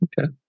Okay